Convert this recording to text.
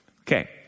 Okay